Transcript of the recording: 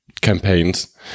campaigns